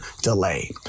delay